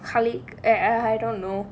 eh I don't know